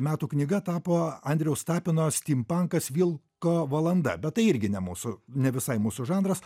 metų knyga tapo andriaus tapino stimpankas vilko valanda bet tai irgi ne mūsų ne visai mūsų žanras